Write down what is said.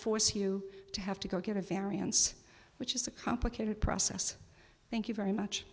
force you to have to go get a variance which is a complicated process thank you very much